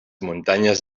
muntanyes